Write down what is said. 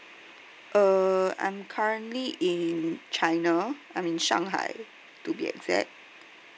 uh I'm currently in china I'm in shanghai to be exact